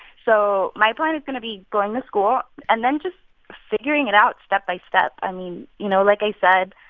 so my plan is going to be going to school and then just figuring it out step by step. i mean you know, like i said,